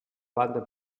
bande